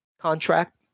contract